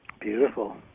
Beautiful